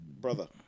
Brother